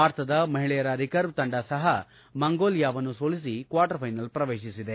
ಭಾರತದ ಮಹಿಳೆಯರ ರಿಕರ್ವ ತಂಡ ಸಹ ಮಂಗೋಲಿಯಾವನ್ನು ಸೋಲಿಸಿ ಕ್ನಾರ್ಟರ್ ಫ್ಲೆನಲ್ ಪ್ರವೇಸಿಸಿದೆ